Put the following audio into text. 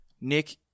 Nick